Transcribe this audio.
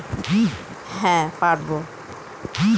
online ওয়েবসাইটে আমি আমাদের একাউন্ট নম্বর চেক করতে পারবো